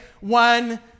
One